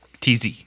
TZ